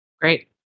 Great